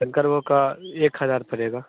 शंकर भोग का एक हज़ार पड़ेगा